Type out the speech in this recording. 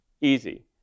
Easy